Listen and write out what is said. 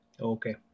Okay